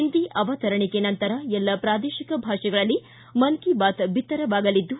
ಓಂದಿ ಅವತರಣಿಕೆ ನಂತರ ಎಲ್ಲ ಪುರೇತಿಕ ಭಾಷೆಗಳಲ್ಲಿ ಮನ್ ಕಿ ಬಾತ್ ಬಿತ್ತರವಾಗಲಿದ್ದು